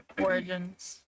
Origins